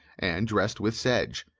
and dressed with sedge.